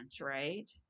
right